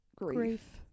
Grief